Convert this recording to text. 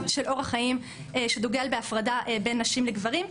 של אורח חיים שדוגל בהפרדה בין נשים לגברים,